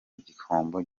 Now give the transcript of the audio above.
igihombo